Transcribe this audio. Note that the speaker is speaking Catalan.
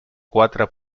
quatre